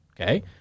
Okay